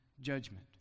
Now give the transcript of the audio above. judgment